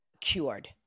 cured